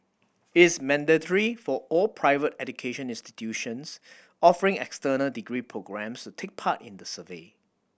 is mandatory for all private education institutions offering external degree programmes to take part in the survey